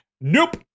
nope